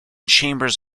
chambers